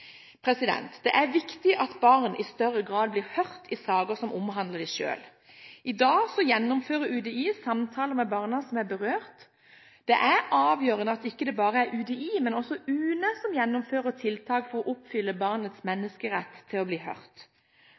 Det er viktig at barn i større grad blir hørt i saker som omhandler dem selv. I dag gjennomfører UDI samtaler med barna som er berørt. Det er avgjørende at det ikke bare er UDI, men også UNE som gjennomfører tiltak for å oppfylle barnets menneskerett når det gjelder å bli hørt.